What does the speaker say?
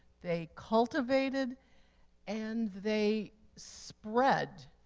they cultivated and they spread,